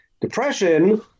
Depression